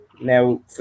now